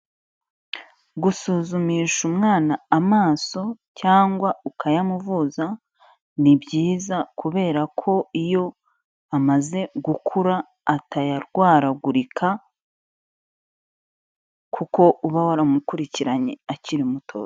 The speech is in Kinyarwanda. Gusuzumisha umwana amaso cyangwa ukayamuvuza, ni byiza kubera ko iyo amaze gukura atayarwaragurika, kuko uba waramukurikiranye akiri muto.